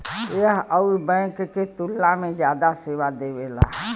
यह अउर बैंक के तुलना में जादा सेवा देवेला